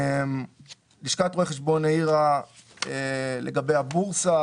לשכת רואי חשבון העירה לגבי הבורסה,